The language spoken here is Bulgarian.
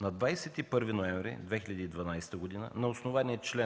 На 21 ноември 2011 г., на основание чл.